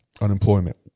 unemployment